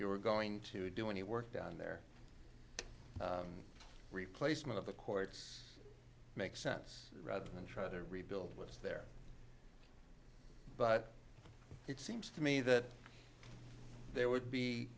you were going to do any work down there replacement of the courts make sense rather than try to rebuild what's there but it seems to me that there would be